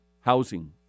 housing